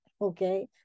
Okay